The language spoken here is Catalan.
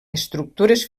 estructures